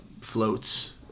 floats